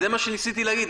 זה מה שניסיתי להגיד.